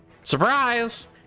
Surprise